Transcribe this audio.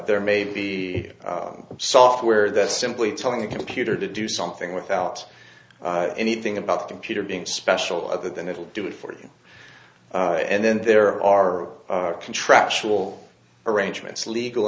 there may be software that simply telling the computer to do something without anything about the computer being special other than it will do it for you and then there are contractual arrangements legal